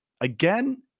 Again